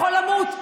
הוא יכול למות.